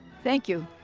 thank you